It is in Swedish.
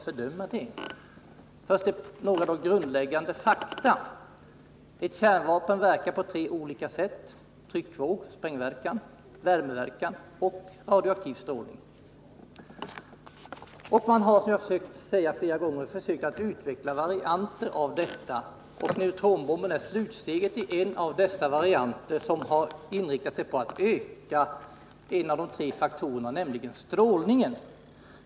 Först då några grundläggande fakta. Ett kärnvapen kan verka på olika sätt: genom tryckvåg, sprängverkan, värme och radioaktiv strålning. Man har som jag sagt flera gånger tidigare försökt utveckla varianter av dessa olika typer av bomber. Neutronbomben är slutsteg i den variant som inriktats på att öka strålningen.